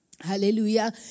Hallelujah